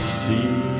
see